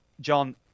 John